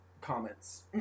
comments